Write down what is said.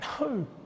No